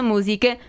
Música